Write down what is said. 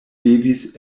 devis